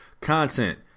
Content